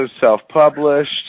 self-published